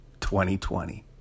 2020